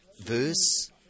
verse